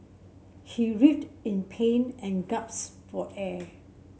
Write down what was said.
he writhed in pain and gasped for air